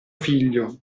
figlio